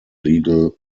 legal